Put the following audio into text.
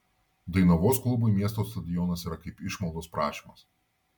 dainavos klubui miesto stadionas yra kaip išmaldos prašymas